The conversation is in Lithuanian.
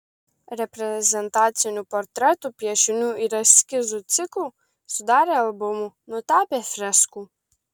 reprezentacinių portretų piešinių ir eskizų ciklų sudarė albumų nutapė freskų